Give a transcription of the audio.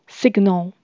signal